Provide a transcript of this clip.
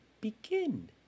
begin